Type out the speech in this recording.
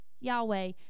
Yahweh